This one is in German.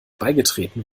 beigetreten